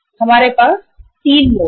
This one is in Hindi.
हमारे पास 3 मोड है